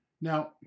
Now